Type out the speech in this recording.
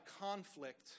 conflict